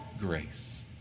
grace